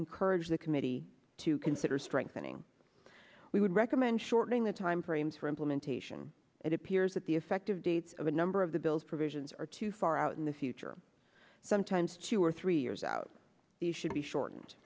encourage the committee to consider strengthening we would recommend shortening the time frames for implementation it appears at the effective date of a number of the bill's provisions are too far out in the future sometimes two or three years out the should be short